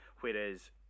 Whereas